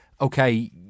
okay